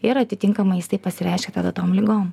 ir atitinkamai jis taip pasireiškia tada tom ligom